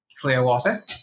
Clearwater